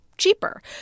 cheaper